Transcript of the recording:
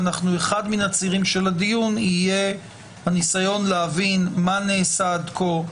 ואחד מהצירים של הדיון יהיה הניסיון להבין מה נעשה עד כה,